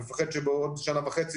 אני מפחד שבעוד שנה וחצי,